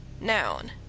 Noun